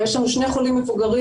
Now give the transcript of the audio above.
ויש לנו שני חולים מבוגרים,